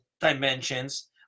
dimensions